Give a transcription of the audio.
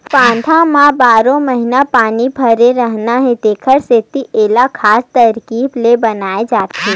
बांधा म बारो महिना पानी भरे रहना हे तेखर सेती एला खास तरकीब ले बनाए जाथे